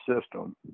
system